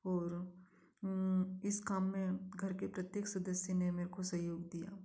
और इस काम में घर के प्रत्येक सदस्य ने मेरे को सहयोग दिया